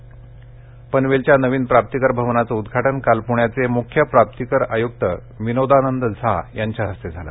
नवी मंबई पनवेलच्या नवीन प्राप्ती कर भवनाचं उद्घाटन काल पुण्याचे मुख्य प्राप्ती कर आयुक्त विनोदानंद झा यांच्या हस्ते झालं